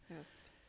Yes